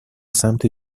سمت